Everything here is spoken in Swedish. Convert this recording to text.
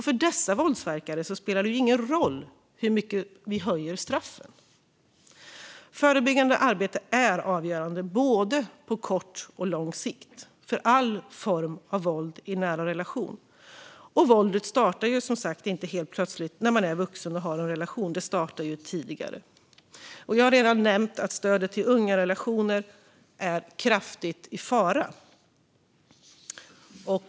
För dessa våldsverkare spelar det ingen roll hur mycket vi höjer straffen. Förebyggande arbete är avgörande för all form av våld i nära relation, både på kort och lång sikt. Våldet startar ju som sagt inte helt plötsligt när man är vuxen och har en relation, utan det startar tidigare. Jag har tidigare nämnt att stödet till Ungarelationer.se är kraftigt i fara.